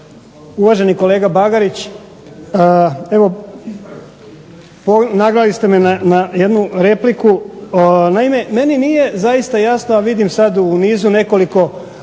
Uvaženi kolega Bagarić evo nagnali ste me na jednu repliku. Naime, meni nije zaista jasno, a vidim sad u nizu nekoliko